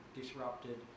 disrupted